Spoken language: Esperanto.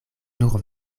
nur